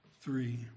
three